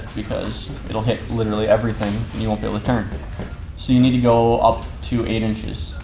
because hit literally everything and you won't be able to turn. so, you need to go up to eight inches.